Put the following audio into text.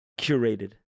curated